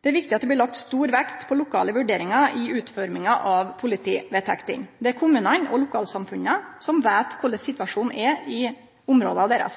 Det er viktig at det blir lagt stor vekt på lokale vurderingar i utforminga av politivedtektene. Det er kommunane og lokalsamfunna som veit korleis situasjonen er i områda